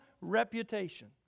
reputation